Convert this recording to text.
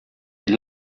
est